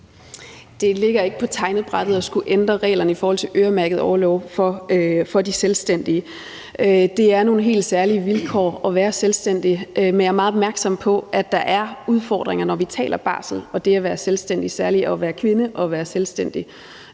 Det ligger ikke på tegnebrættet at skulle ændre reglerne i forhold til øremærket barselsorlov for de selvstændige. Det er nogle helt særlige vilkår, man har, når man er selvstændig, men jeg er meget opmærksom på, at der er udfordringer, når vi taler om barsel og det at være selvstændig – og særlig det at være kvinde og selvstændig.